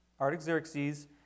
Artaxerxes